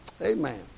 Amen